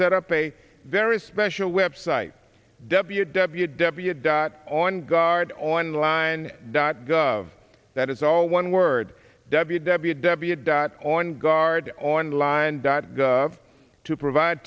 set up a very special website w w w dot on guard online dot gov that is all one word w w w dot on guard online dot gov to provide